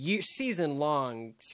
season-long